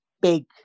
Big